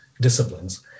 disciplines